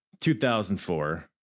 2004